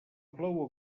plou